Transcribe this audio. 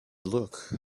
look